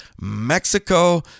Mexico